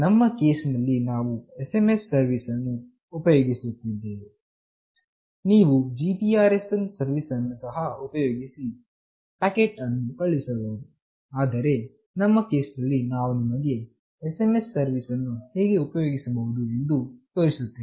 ನಮ್ಮ ಕೇಸ್ ನಲ್ಲಿ ನಾವು SMS ಸರ್ವೀಸ್ ಅನ್ನು ಉಪಯೋಗಿಸಿದ್ದೇವೆ ನೀವು GPRS ಸರ್ವೀಸ್ ಅನ್ನು ಸಹ ಉಪಯೋಗಿಸಿ ಪ್ಯಾಕೆಟ್ ಅನ್ನು ಕಳುಹಿಸಬಹುದುಆದರೆ ನಮ್ಮ ಕೇಸ್ ನಲ್ಲಿ ನಾವು ನಿಮಗೆ SMS ಸರ್ವೀಸ್ ಅನ್ನು ಹೇಗೆ ಉಪಯೋಗಿಸಬಹುದು ಎಂದು ತೋರಿಸುತ್ತೇವೆ